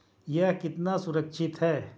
यह कितना सुरक्षित है?